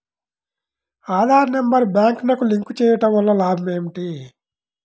Aadhaar number బ్యాంక్నకు link చేయుటవల్ల లాభం ఏమిటి?